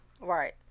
right